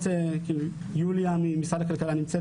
יוליה ממשרד הכלכלה נמצאת